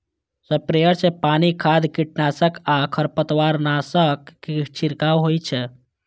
sprayer सं पानि, खाद, कीटनाशक आ खरपतवारनाशक के छिड़काव होइ छै